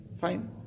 Fine